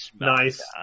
nice